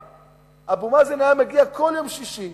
קדימה אבו מאזן היה מגיע כל יום שישי